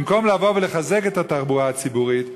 במקום לחזק את התחבורה הציבורית,